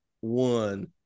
one